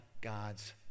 god's